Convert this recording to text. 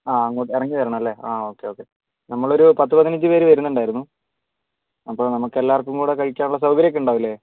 ആഹ് അങ്ങോട്ട് ഇറങ്ങി വരണം അല്ലേ ആഹ് ഓക്കെ ഓക്കെ നമ്മൾ ഒരു പത്ത് പതിനഞ്ച് പേര് വരുന്നുണ്ടായിരുന്നു അപ്പോൾ നമുക്ക് എല്ലാവർക്കും കൂടി കഴിക്കാൻ ഉള്ള സൗകര്യം ഒക്കെ ഉണ്ടാവില്ലേ